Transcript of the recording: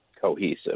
cohesive